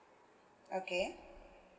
okay